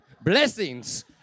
Blessings